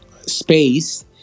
space